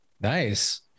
Nice